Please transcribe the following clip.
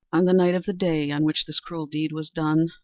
on the night of the day on which this cruel deed was done,